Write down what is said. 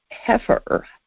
heifer